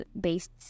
based